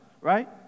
right